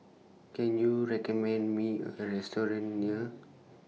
Can YOU recommend Me A Restaurant near